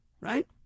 Right